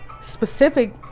Specific